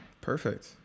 Perfect